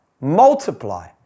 Multiply